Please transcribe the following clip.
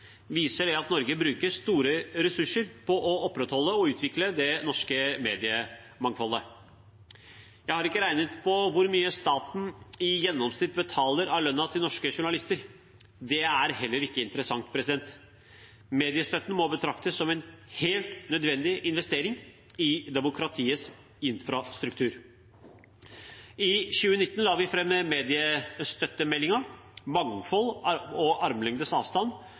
viser det at Norge bruker store ressurser på å opprettholde og utvikle det norske mediemangfoldet. Jeg har ikke regnet på hvor mye staten i gjennomsnitt betaler av lønnen til norske journalister. Det er heller ikke interessant. Mediestøtten må betraktes som en helt nødvendig investering i demokratiets infrastruktur. I 2019 la vi fram mediestøttemeldingen, Mangfald og armlengds avstand